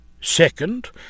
Second